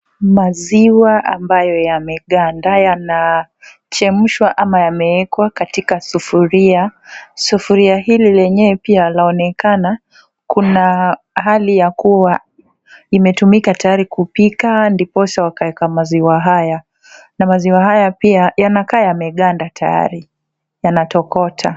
Maziwa ambayo yameganda yanachemshwa ama yamewekwa katika sufuria. Sufuria hili lenyewe pia linaonekana kuna hali ya kuwa imetumika tayari kupika ndiposa wakaweka maziwa haya na maziwa haya pia yanakaa yameganda tayari. Yanatokota.